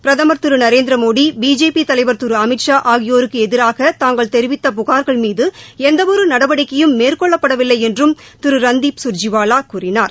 பிரதுமர் திரு நரேந்திர மோடி பிஜேபி தலைவர் திரு அமித் ஷா ஆகியோருக்கு எதிராக தாங்கள் தெரிவித்த புகாரகள் மீது எந்தவொரு நடவடிக்கையும் மேற்கொள்ளடட விலை என்றும் திரு ரந்திப் சுர்ஜிவாலா கூறினார்